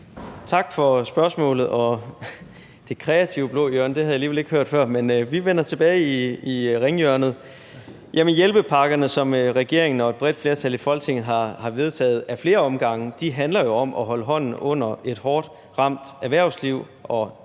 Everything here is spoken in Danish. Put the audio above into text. Tak for spørgsmålet. Det kreative, blå hjørne havde jeg alligevel ikke hørt før, men vi vender tilbage i ringhjørnet. Hjælpepakkerne, som regeringen og et bredt flertal i Folketinget har vedtaget ad flere omgange, handler jo om at holde hånden under et hårdt ramt erhvervsliv og danske